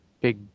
big